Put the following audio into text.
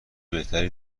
بهتری